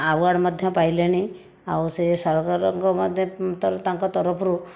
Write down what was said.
award ମଧ୍ୟ ପାଇଲେଣି ଆଉ ସେ ସରକାରଙ୍କ ମଧ୍ୟ ତାଙ୍କ ତରଫରୁ